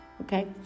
okay